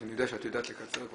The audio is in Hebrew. אני ידוע שאת יודעת לקצר.